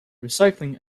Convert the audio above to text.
recycling